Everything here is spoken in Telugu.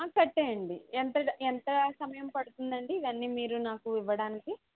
కట్టేయండి ఎంత ఎంత సమయం పడుతుంది అండి ఇవన్నీ మీరు నాకు ఇవ్వడానికి